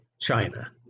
China